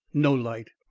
no light.